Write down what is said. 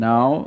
Now